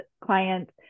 clients